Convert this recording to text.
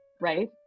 right